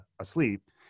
asleep